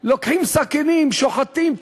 לוקחים סכינים, שוחטים.